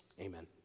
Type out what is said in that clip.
Amen